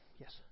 Yes